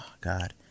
God